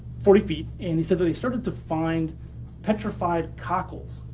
forty feet, and he said they started to find petrified cockles.